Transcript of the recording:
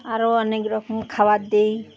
আরও অনেক রকম খাবার দিই